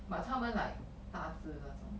but 他们 like 大只的那种